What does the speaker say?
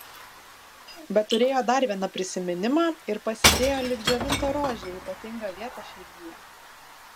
bet turėjo dar vieną prisiminimą ir pasidėjo lyg džiovintą rožę į ypatingą vietą širdyje